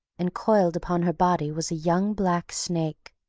and coiled upon her body was a young black snake.